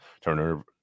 Turner